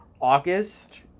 August